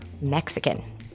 Mexican